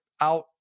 out